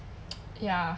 ya